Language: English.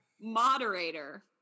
Moderator